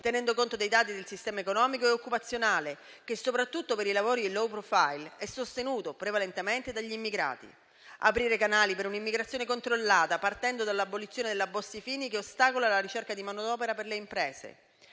tenendo conto dei dati del sistema economico e occupazionale, che, soprattutto per i lavori *low profile*, è sostenuto prevalentemente dagli immigrati; ad aprire i canali per un'immigrazione controllata, partendo dall'abolizione della legge Bossi-Fini, che ostacola la ricerca di manodopera per le imprese;